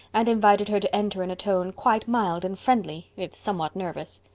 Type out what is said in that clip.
and invited her to enter in a tone quite mild and friendly, if somewhat nervous.